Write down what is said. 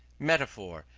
metaphor,